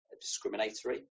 discriminatory